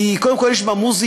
שקודם כול יש בה מוזיקה,